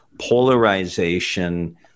polarization